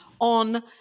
on